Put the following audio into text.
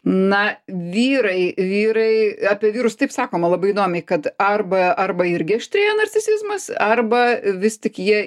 na vyrai vyrai apie vyrus taip sakoma labai įdomiai kad arba arba irgi aštrėja narcisizmas arba vis tik jie